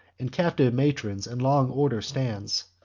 and captive matrons, in long order stands.